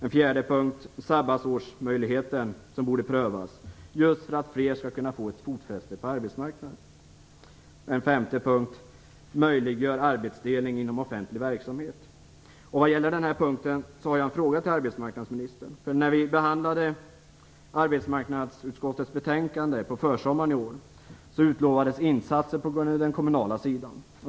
En fjärde punkt: Sabbatsårsmöjligheten borde prövas för att fler skall kunna få fotfäste på arbetsmarknaden. En femte punkt: Möjliggör arbetsdelning inom offentlig verksamhet. Vad gäller den här punkten har jag en fråga till arbetsmarknadsministern. När vi behandlade arbetsmarknadsutskottets betänkande på försommaren i år utlovades insatser på den kommunala sidan.